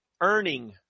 earning